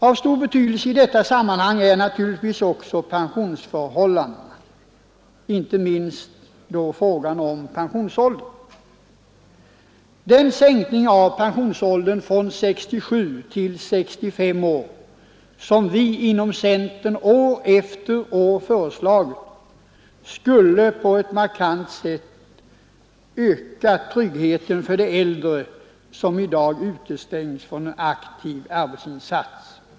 Av stor betydelse i detta sammanhang är naturligtvis också pensionsförhållandena, inte minst frågan om pensionsåldern. Den sänkning av pensionsåldern från 67 till 65 år som vi inom centern år efter år föreslagit skulle också på ett markant sätt öka tryggheten för de äldre som i dag utestängs från en aktiv arbetsinsats.